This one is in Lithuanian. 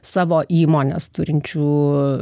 savo įmones turinčių